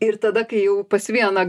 ir tada kai jau pas vieną